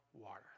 water